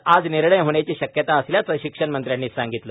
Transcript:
यावर आज निर्णय होण्याची शक्यता असल्याचं शिक्षण मंत्र्यांनी सांगितलं